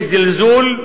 יש זלזול,